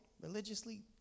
religiously